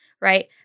right